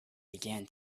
began